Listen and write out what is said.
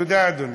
תודה, אדוני.